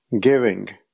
giving